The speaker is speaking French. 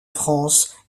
france